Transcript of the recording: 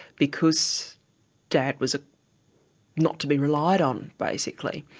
because dad was ah not to be relied on, basically.